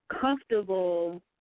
comfortable